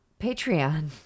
Patreon